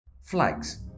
Flags